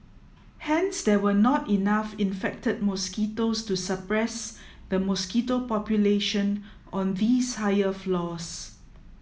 hence there were not enough infected mosquitoes to suppress the mosquito population on these higher floors